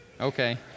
Okay